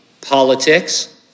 politics